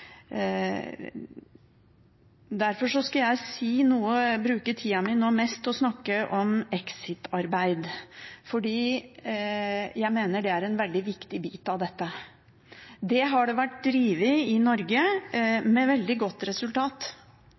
Derfor skal jeg nå bruke tida mi mest til å snakke om exit-arbeid, for jeg mener at det er en veldig viktig bit av dette. Dette arbeidet har vært drevet i Norge med veldig godt resultat.